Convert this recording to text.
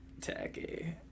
Tacky